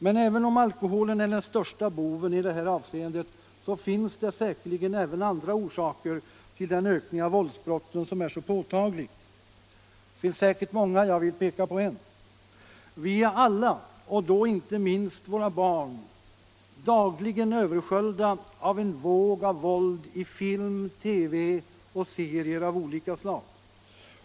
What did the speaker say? Men även om alkoholen är den största boven i det här avseendet, så finns det säkerligen andra orsaker till den ökning av våldsbrotten som är så påtaglig. Jag vill peka på en. Vi alla — och då inte minst våra barn — blir dagligen översköljda av en våg av våld i film, TV och serier av olika slag.